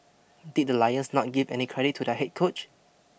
did the Lions not give any credit to their head coach